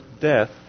death